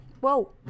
Whoa